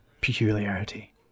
peculiarity